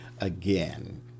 again